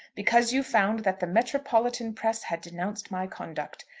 because you found that the metropolitan press had denounced my conduct.